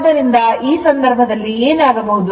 ಆದ್ದರಿಂದ ಆ ಸಂದರ್ಭದಲ್ಲಿ ಏನಾಗಬಹುದು